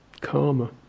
karma